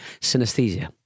synesthesia